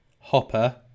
Hopper